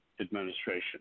administration